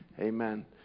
Amen